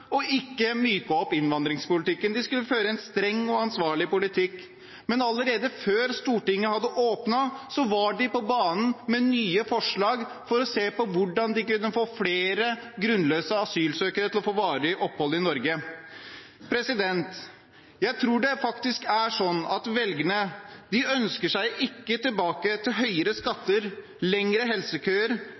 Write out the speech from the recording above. lovte ikke å myke opp innvandringspolitikken. De skulle føre en streng og ansvarlig politikk. Men allerede før Stortinget hadde åpnet, var de på banen med nye forslag for å se på hvordan de kunne få flere grunnløse asylsøkere til å få varig opphold i Norge. Jeg tror faktisk det er slik at velgerne ikke ønsker seg tilbake til høyere skatter, lengre helsekøer,